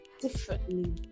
differently